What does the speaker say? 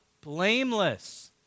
blameless